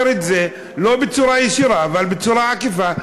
את זה לא בצורה ישירה אבל בצורה עקיפה.